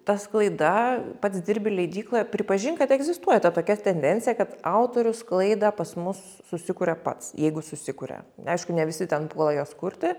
ta sklaida pats dirbi leidykloje pripažink kad egzistuoja ta tokia tendencija kad autorius sklaidą pas mus susikuria pats jeigu susikuria aišku ne visi ten puola jos kurti